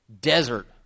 desert